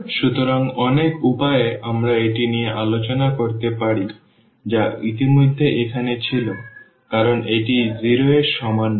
সুতরাং অনেক উপায়ে আমরা এটি নিয়ে আলোচনা করতে পারি যা ইতিমধ্যে এখানে ছিল কারণ এটি 0 এর সমান নয়